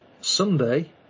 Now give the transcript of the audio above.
Sunday